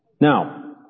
Now